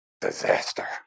disaster